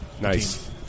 Nice